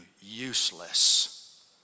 useless